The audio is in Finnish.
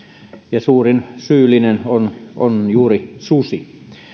ja suurin syyllinen on juuri susi